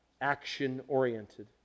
action-oriented